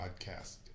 podcast